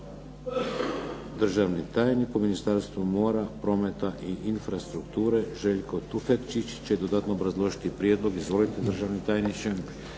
Državni tajnik u Ministarstvu mora, prometa i infrastrukture Željko Tufekčić će dodatno obrazložiti prijedlog. Izvolite državni tajniče.